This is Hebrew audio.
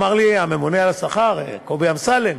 הממונה על השכר קובי אמסלם